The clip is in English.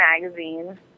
magazine